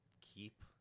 keep